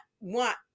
want